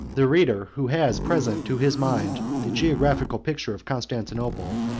the reader who has present to his mind the geographical picture of constantinople,